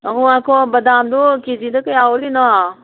ꯉꯥꯏꯈꯣ ꯉꯥꯏꯈꯣ ꯕꯗꯥꯝꯗꯣ ꯀꯦ ꯖꯤꯗ ꯀꯌꯥ ꯑꯣꯜꯂꯤꯅꯣ